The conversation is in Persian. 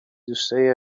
دوستایی